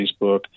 Facebook